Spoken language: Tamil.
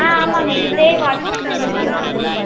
ஆ ஆமாம்ங்க இதே வாட்ஸ்அப் நம்பரு தாங்க இது